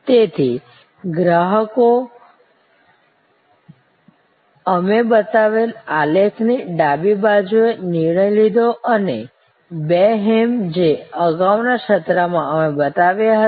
તેથી ગ્રાહકોએ અમે બતાવેલ આલેખ ની ડાબી બાજુએ નિર્ણય લીધો અથવા બે હેમ જે અગાઉના સત્રમાં અમે બતાવ્યા હતા